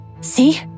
See